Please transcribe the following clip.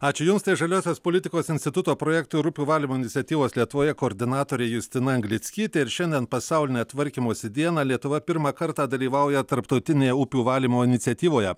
ačiū jums tai žaliosios politikos instituto projektų ir upių valymo iniciatyvos lietuvoje koordinatorė justina anglickytė ir šiandien pasaulinę tvarkymosi dieną lietuva pirmą kartą dalyvauja tarptautinėje upių valymo iniciatyvoje